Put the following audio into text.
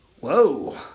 whoa